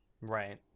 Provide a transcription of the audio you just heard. Right